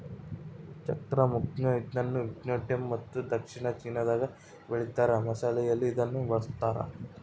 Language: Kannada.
ಚಕ್ತ್ರ ಮಗ್ಗು ಇದನ್ನುವಿಯೆಟ್ನಾಮ್ ಮತ್ತು ದಕ್ಷಿಣ ಚೀನಾದಾಗ ಬೆಳೀತಾರ ಮಸಾಲೆಯಲ್ಲಿ ಇದನ್ನು ಬಳಸ್ತಾರ